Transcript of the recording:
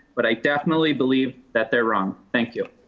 but i definitely believe that they're wrong. thank you.